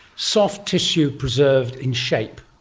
soft tissue preserved in shape,